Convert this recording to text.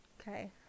Okay